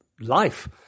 life